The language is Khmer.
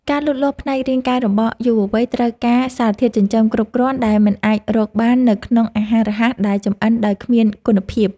ការលូតលាស់ផ្នែករាងកាយរបស់យុវវ័យត្រូវការសារធាតុចិញ្ចឹមគ្រប់គ្រាន់ដែលមិនអាចរកបាននៅក្នុងអាហាររហ័សដែលចម្អិន ដោយគ្មានគុណភាព។